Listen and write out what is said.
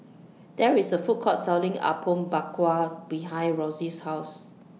There IS A Food Court Selling Apom Berkuah behind Roxie's House